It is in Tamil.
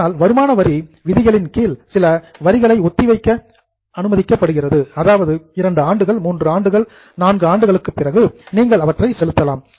ஆனால் வருமான வரி புரோவிஷன் விதிகளின் கீழ் சில வரிகளை ஒத்திவைக்க அனுமதிக்கப்படுகிறது அதாவது 2 ஆண்டுகள் 3 ஆண்டுகள் 4 ஆண்டுகளுக்கு பிறகு நீங்கள் அவற்றை செலுத்தலாம்